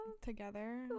Together